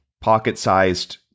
pocket-sized